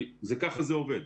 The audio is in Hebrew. כך זה עובד.